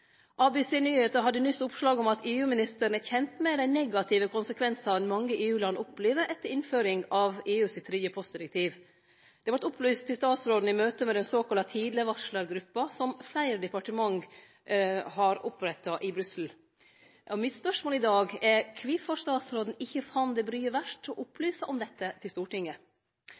hadde nyss oppslag om at EU-ministeren er kjent med dei negative konsekvensane mange EU-land opplever etter innføring av EU sitt tredje postdirektiv. Det vart opplyst til statsråden i møte med den såkalla tidlegvarslargruppa, som fleire departement har oppretta i Brussel. Mitt spørsmål i dag er kvifor statsråden ikkje fann det bryet verdt å opplyse om dette til Stortinget.